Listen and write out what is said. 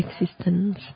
existence